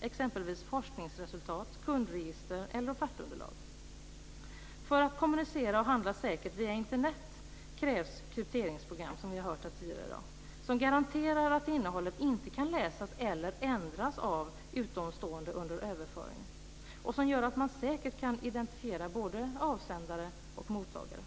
exempelvis forskningsresultat, kundregister eller offertunderlag. För att kommunicera och handla säkert via Internet krävs krypteringsprogram, som vi har hört här tidigare i dag, som garanterar att innehållet inte kan läsas eller ändras av utomstående under överföringen och som gör att man säkert kan identifiera både avsändare och mottagare.